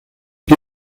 que